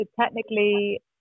technically